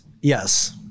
Yes